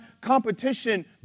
competition